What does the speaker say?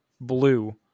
Blue